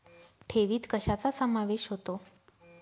ठेवीत कशाचा समावेश होतो?